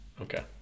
Okay